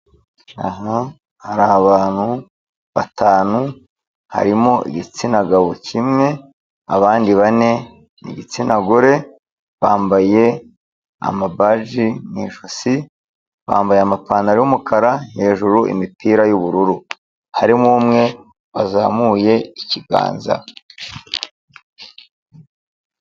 Aha hari abantu batanu: harimo igitsina gabo kimwe, abandi bane ni igitsina gore, bambaye amabaji mu ijosi, bambaye amapantaro y'umukara, hejuru imipira y'ubururu, harimo umwe wazamuye ikiganza.